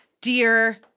dear